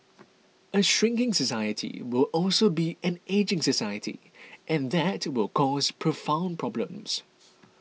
a shrinking society will also be an ageing society and that will cause profound problems